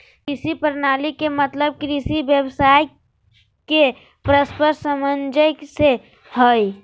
कृषि प्रणाली के मतलब कृषि व्यवसाय के परस्पर सामंजस्य से हइ